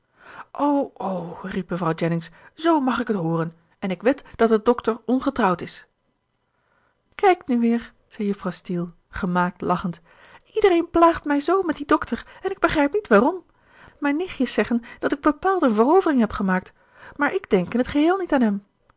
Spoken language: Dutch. o riep mevrouw jennings zoo mag ik het hooren en ik wed dat de dokter ongetrouwd is kijk nu weer zei juffrouw steele gemaakt lachend iedereen plaagt mij zoo met dien dokter en ik begrijp niet waarom mijn nichtjes zeggen dat ik bepaald een verovering heb gemaakt maar ik denk in t geheel niet aan hem